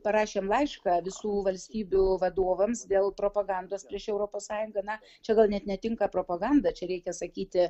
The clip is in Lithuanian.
parašėm laišką visų valstybių vadovams dėl propagandos prieš europos sąjungą na čia gal net netinka propaganda čia reikia sakyti